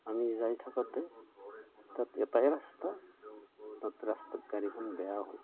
আমি যাই থাকোঁতে তাত এটাই ৰাস্তা তাত ৰাস্তাত গাড়ীখন বেয়া হ'ল